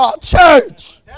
Church